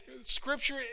Scripture